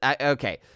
okay